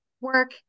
work